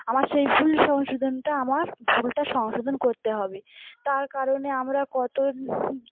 আমার সেই ভুল সংশোধনটা আমার ভুলটা সংশোধন করতে হবে তার কারণে আমরা কত